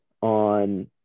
on